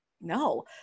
No